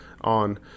on